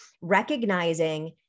recognizing